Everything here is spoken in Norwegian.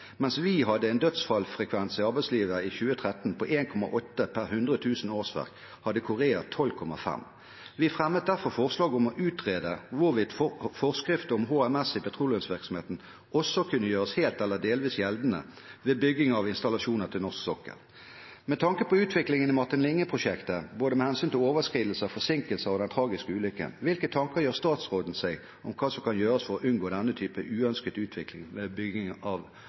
Mens vi hadde en dødsfallfrekvens i arbeidslivet i 2013 på 1,8 per hundre tusen årsverk, hadde Korea 12,5. Vi fremmet derfor forslag om å utrede hvorvidt forskrift om HMS i petroleumsvirksomheten også kunne gjøres helt eller delvis gjeldende ved bygging av installasjoner til norsk sokkel. Med tanke på utviklingen i Martin Linge-prosjektet, med hensyn til både overskridelser, forsinkelser og den tragiske ulykken, hvilke tanker gjør statsråden seg om hva som kan gjøres for å unngå denne typen uønsket utvikling ved bygging av